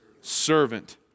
Servant